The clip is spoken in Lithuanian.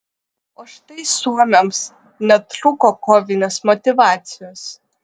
o štai suomiams netrūko kovinės motyvacijos